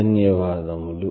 ధన్యవాదములు